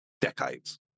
decades